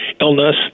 illness